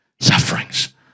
sufferings